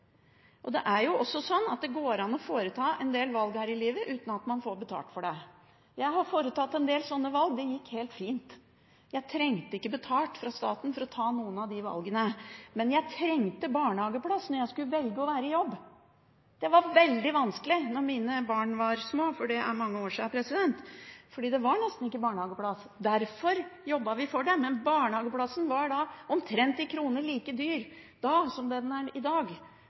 går an å ta en del valg her i livet uten at man får betalt for det. Jeg har tatt en del sånne valg – det gikk helt fint. Jeg trengte ikke å bli betalt av staten for å ta noen av de valgene, men jeg trengte barnehageplass da jeg valgte å være i jobb. Det var veldig vanskelig da mine barn var små – det er mange år siden – for det var nesten ikke barnehageplasser. Derfor jobbet vi for det. Barnehageplass den gang var i kroner omtrent like dyr som det den er i dag.